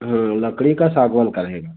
लड़की का सागौन का रहेगा